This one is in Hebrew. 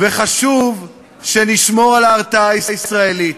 וחשוב שנשמור על ההרתעה הישראלית.